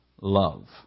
love